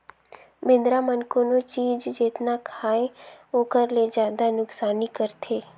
बेंदरा मन कोनो चीज जेतना खायें ओखर ले जादा नुकसानी करथे